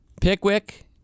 Pickwick